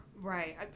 Right